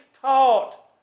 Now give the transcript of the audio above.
taught